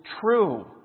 True